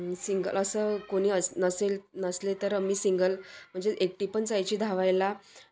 single असं कोणी अस नसेल नसले तर मी सिंगल म्हणजे एकटी पण जायची धावायला